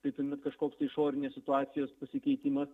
tai tuomet kažkoks tai išorinės situacijos pasikeitimas